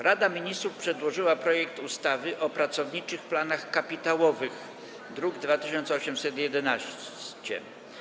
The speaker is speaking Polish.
Rada Ministrów przedłożyła projekt ustawy o pracowniczych planach kapitałowych, druk nr 2811.